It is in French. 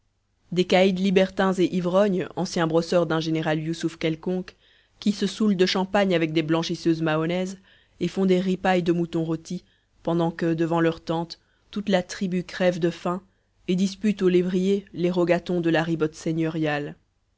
des caïds libertins et ivrognes anciens brosseurs d'un général yusuf quelconque qui se soûlent de champagne avec des blanchisseuses mahonnaises et font des ripailles de mouton rôti pendant que devant leurs tentes toute la tribu crève de faim et dispute aux lévriers les rogatons de la ribote seigneuriale